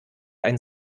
ein